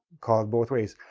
call it both ways.